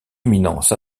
éminence